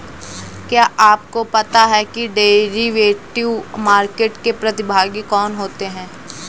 क्या आपको पता है कि डेरिवेटिव मार्केट के प्रतिभागी कौन होते हैं?